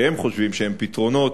שהם חושבים שהם פתרונות,